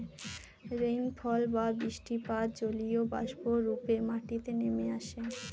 rainfall বা বৃষ্টিপাত জলীয়বাষ্প রূপে মাটিতে নেমে আসে